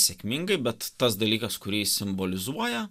sėkmingai bet tas dalykas kurį simbolizuoja